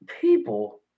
people